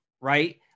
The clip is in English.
right